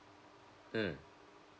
mm